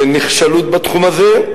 נכשלות בתחום הזה,